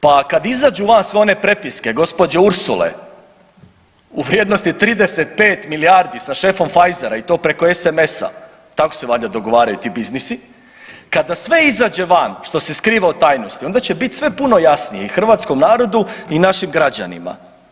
Pa kad izađu van sve one prepiske gđe. Ursule u vrijednosti 35 milijardi sa šefom Pfizera i to preko SMS-a, tako se valjda dogovaraju ti biznisi, kada sve izađe van što se skriva u tajnosti onda će bit sve puno jasnije i hrvatskom narodu i našim građanima.